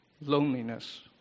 Loneliness